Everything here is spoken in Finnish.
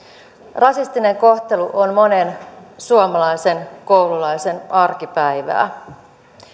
rasistinen kohtelu on monen suomalaisen koululaisen arkipäivää